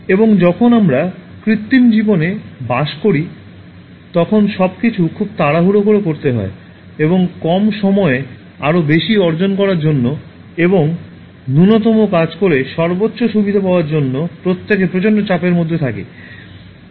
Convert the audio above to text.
এবং যখন আমরা কৃত্রিম জীবনে বাস করি তখন সবকিছু খুব তাড়াহুড়ো করে করতে হয় এবং কম সময়ে আরও বেশি অর্জন করার জন্য এবং ন্যূনতম কাজ করে সর্বোচ্চ সুবিধা পাওয়ার জন্য প্রত্যেকে প্রচণ্ড চাপের মধ্যে থাকি